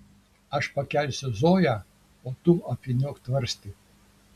aš pakelsiu zoją o tu apvyniok tvarstį